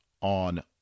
on